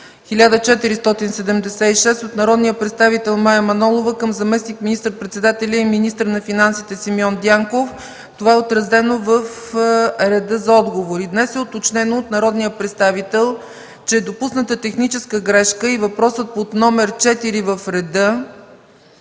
от народния представител Мая Манолова към заместник министър-председателя и министър на финансите Симеон Дянков. Това е отразено в реда за отговори. Днес е уточнено от народния представител, че е допусната техническа грешка и въпросът под № 4 в реда